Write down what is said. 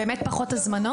באמת יש פחות הזמנות?